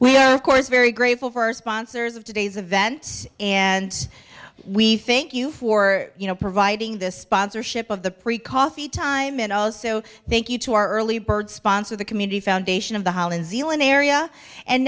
we are of course very grateful for sponsors of today's event and we thank you for you know providing the sponsorship of the free coffee time and also thank you to our early bird sponsor the community foundation of the hollins elan area and